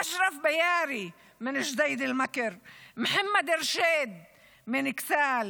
אשרף ביארי מג'דיידה-מכר, מוחמד ארשיד מאכסאל,